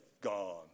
gone